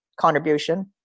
contribution